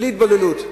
בלי התבוללות,